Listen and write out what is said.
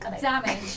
Damage